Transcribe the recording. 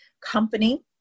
company